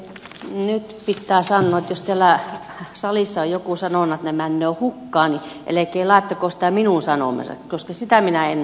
nyt pittää sannoo että jos tiällä salissa on joku sanonu että ne männöö hukkaan niin elekee laettako sitä minun sanomaksi koska sitä minä en oo sanonu